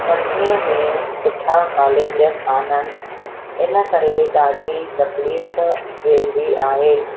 कटनीअ में सुठा कॉलेज कोन आहिनि इन करे ॾाढी तकलीफ़ वेंदी आहे